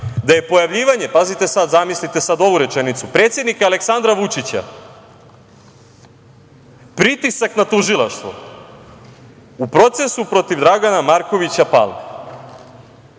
da je pojavljivanje, pazite sada, zamislite sada ovu rečenicu, predsednika Aleksandra Vučića pritisak na tužilaštvo u procesu protiv Dragana Markovića